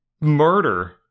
murder